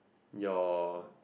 your